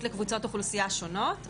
לקבוצות אוכלוסייה שונות.